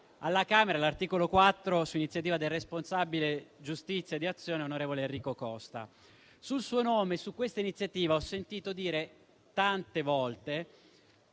alla Camera all'articolo 4, su iniziativa del responsabile giustizia di Azione, onorevole Enrico Costa. Sul suo nome e su questa iniziativa ho sentito tante volte